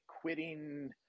quitting